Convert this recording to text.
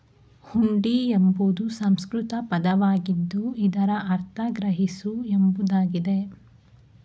ಹುಂಡಿ ಎಂಬುದು ಸಂಸ್ಕೃತ ಪದವಾಗಿದ್ದು ಇದರ ಅರ್ಥ ಸಂಗ್ರಹಿಸು ಎಂಬುದಾಗಿದೆ